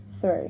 three